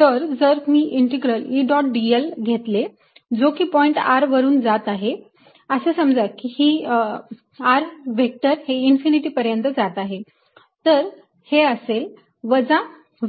तर जर मी इंटीग्रल E डॉट dl घेतला जो की पॉईंट r वरून जात आहे असे समजा की r व्हेक्टर हे इंफिनिटी पर्यंत जात आहे तर हे असेल वजा